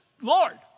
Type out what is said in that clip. Lord